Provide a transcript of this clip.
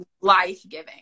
life-giving